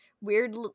weird